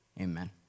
Amen